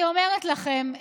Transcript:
אני אומרת לכם,